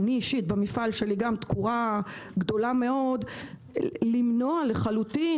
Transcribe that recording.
גם אני במפעל שלי תקורה גדול ה מאוד למנוע לחלוטין